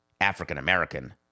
African-American